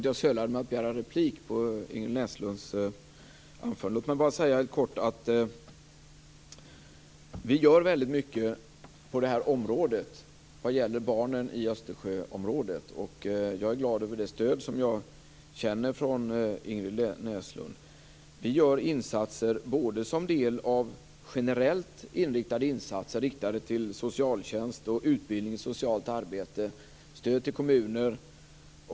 Herr talman! Jag vill gärna ha replik på Ingrid Näslunds anförande. Låt mig bara säga helt kort att vi gör väldigt mycket på det här området, för barnen i Östersjöområdet. Jag är glad över det stöd som jag känner från Ingrid Näslund. Vi gör insatser som en del av generellt inriktade åtgärder riktade till socialtjänst, utbildning i socialt arbete och stöd till kommuner.